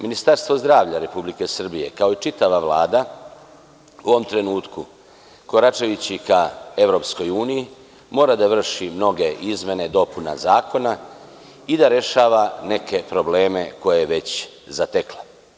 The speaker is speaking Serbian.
Ministarstvo zdravlja RS, kao i čitava Vlada, u ovom trenutku koračajući ka EU, mora da vrši mnoge izmene i dopune zakona i da rešava neke probleme koje je već zatekla.